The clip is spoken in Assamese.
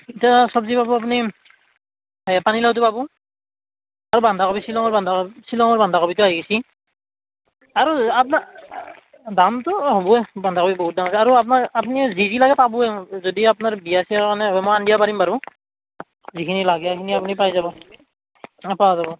এতিয়া চবজি পাবো আপুনি এই পানীলাওটো পাবো আৰু বান্ধাকবি শ্বিলঙৰ বান্ধাকবি শ্বিলঙৰ বান্ধাকবিটো আহি গৈছে আৰু আপনাৰ দামটো হ'বই বান্ধাকবিৰ বহুত দাম আছে আৰু আপনাৰ আপনিয়ে যি যি লাগে পাবোই যদি আপোনাৰ বিয়া চিয়াৰ কাৰণে হৱ মই আন দিবা পাৰিম বাৰু যিখিনি লাগে সেইখিনি আপুনি পাই যাবো অঁ পাৱা যাবো